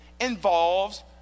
involves